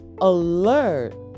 alert